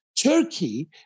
Turkey